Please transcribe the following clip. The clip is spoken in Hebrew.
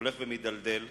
הולך ומידלדל,